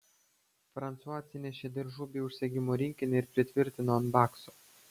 fransua atsinešė diržų bei užsegimų rinkinį ir pritvirtino ant bakso